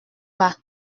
bas